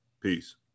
peace